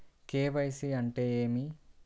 KYC అంటే ఏమి?